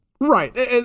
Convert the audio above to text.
Right